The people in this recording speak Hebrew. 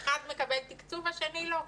אחד מקבל תקצוב, השני לא.